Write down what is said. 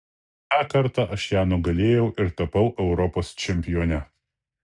tą kartą aš ją nugalėjau ir tapau europos čempione